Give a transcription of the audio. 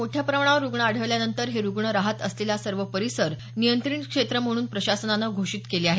मोठ्या प्रमाणावर रूग्ण आढळल्यानंतर हे रूग्ण राहत असलेला सर्व परिसर नियंत्रित क्षेत्र म्हणून प्रशासनाने घोषित केले आहे